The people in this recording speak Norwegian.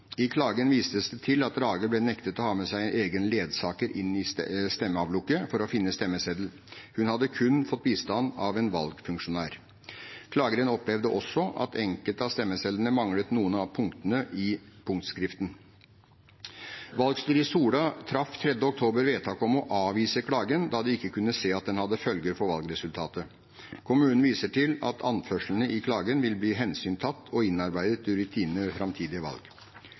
I klagen vises det til at Rage ble nektet å ha med seg egen ledsager inn i stemmeavlukket for å finne stemmeseddel. Hun hadde kun fått bistand av en valgfunksjonær. Klageren opplevde også at enkelte av stemmesedlene manglet noen av punktene i punktskriften. Valgstyret i Sola kommune traff den 3. oktober vedtak om å avvise klagen, da de ikke kunne se at den hadde følger for valgresultatet. Kommunen viser til at anførslene i klagen vil bli hensyntatt og innarbeidet i rutinene ved framtidige valg.